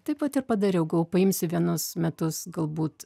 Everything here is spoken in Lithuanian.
taip vat ir padariau galvojau paimsiu vienus metus galbūt